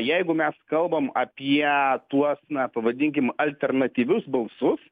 jeigu mes kalbam apie tuos na pavadinkim alternatyvius balsus